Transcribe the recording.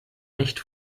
nicht